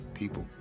people